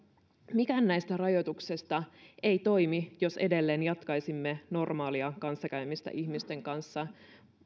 mikään näistä rajoituksista ei toimisi jos edelleen jatkaisimme normaalia kanssakäymistä ihmisten kanssa